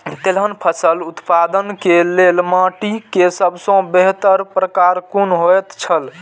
तेलहन फसल उत्पादन के लेल माटी के सबसे बेहतर प्रकार कुन होएत छल?